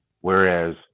whereas